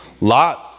Lot